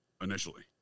initially